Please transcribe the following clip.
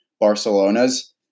Barcelona's